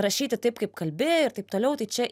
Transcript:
rašyti taip kaip kalbi ir taip toliau tai čia